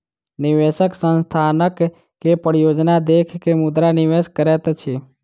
निवेशक संस्थानक के परियोजना देख के मुद्रा निवेश करैत अछि